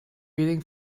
reading